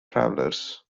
travellers